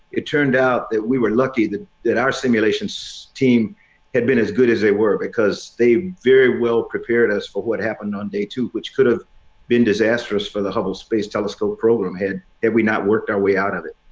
it turned out that we were lucky that our simulations team had been as good as they were because they very well prepared us for what happened on day two, which could have been disastrous for the hubble space telescope program had we not worked our way out of it.